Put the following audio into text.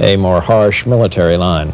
a more harsh military line.